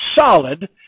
solid